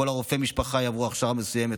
כל רופאי המשפחה יעברו הכשרה מסוימת,